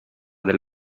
del